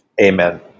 Amen